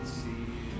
see